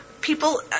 People